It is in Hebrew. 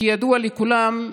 כידוע לכולם,